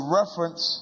reference